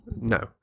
No